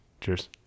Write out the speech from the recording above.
Cheers